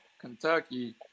Kentucky